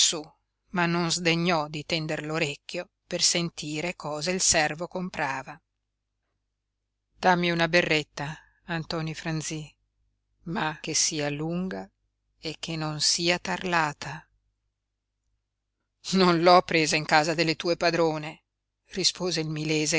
ma non sdegnò di tender l'orecchio per sentire cosa il servo comprava dammi una berretta antoni franzí ma che sia lunga e che non sia tarlata non l'ho presa in casa delle tue padrone rispose il